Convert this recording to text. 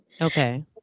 Okay